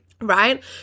Right